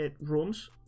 rooms